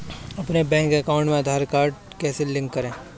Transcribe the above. अपने bank account में Aadhaar card कैसे लिंक करें?